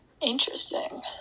Interesting